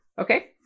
okay